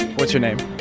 what's your name?